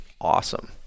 awesome